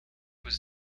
was